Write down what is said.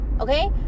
okay